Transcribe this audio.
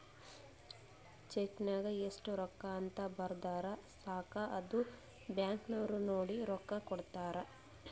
check ನಾಗ್ ಎಸ್ಟ್ ರೊಕ್ಕಾ ಅಂತ್ ಬರ್ದುರ್ ಸಾಕ ಅದು ಬ್ಯಾಂಕ್ ನವ್ರು ನೋಡಿ ರೊಕ್ಕಾ ಕೊಡ್ತಾರ್